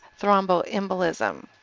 thromboembolism